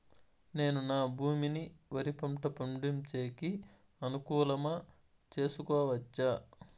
నేను నా భూమిని వరి పంట పండించేకి అనుకూలమా చేసుకోవచ్చా?